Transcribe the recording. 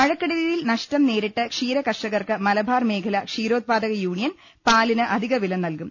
മഴക്കെടുതിയിൽ നഷ്ടം നേരിട്ട ക്ഷീര കർഷകർക്ക് മലബാർ മേ ഖല ക്ഷീരോത്പാദക യൂണിയൻ പാലിന് അധിക വില നൽകും